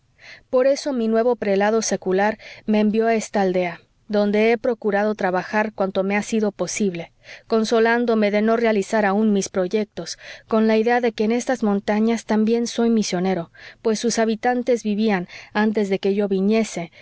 por eso mi nuevo prelado secular me envió a esta aldea donde he procurado trabajar cuanto me ha sido posible consolándome de no realizar aún mis proyectos con la idea de que en estas montañas también soy misionero pues sus habitantes vivían antes de que yo viniese